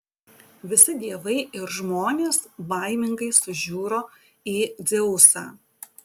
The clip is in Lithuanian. visi dievai ir žmonės baimingai sužiuro į dzeusą